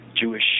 jewish